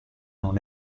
non